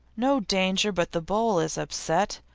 no danger but the bowl is upset,